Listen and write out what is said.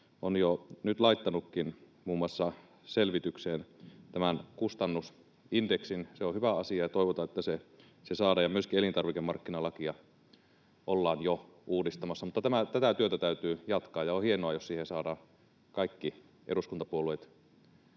on jo nyt laittanutkin selvitykseen muun muassa tämän kustannusindeksin. Se on hyvä asia, ja toivotaan, että se saadaan. Myöskin elintarvikemarkkinalakia ollaan jo uudistamassa. Tätä työtä täytyy jatkaa, ja on hienoa, jos siihen saadaan kaikki eduskuntapuolueet